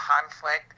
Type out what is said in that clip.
conflict